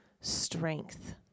strength